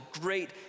great